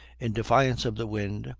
in defiance of the wind,